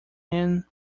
him